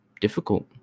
difficult